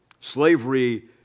Slavery